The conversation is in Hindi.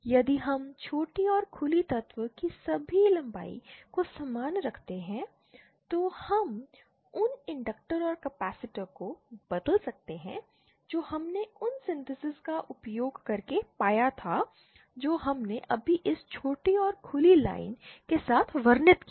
यदि हम छोटी और खुली तत्व की सभी लंबाई को समान रखते हैं तो हम उन इंडक्टर और कैपेसिटर को बदल सकते हैं जो हमने उन सिंथेसिस का उपयोग करके पाया था जो हमने अभी इस छोटी और खुली लाइन के साथ वर्णित किया था